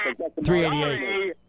388